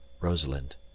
Rosalind